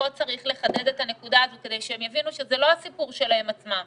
צריך לחדד את הנקודה הזאת כדי שהם יבינו שזה לא הסיפור שלהם עצמם,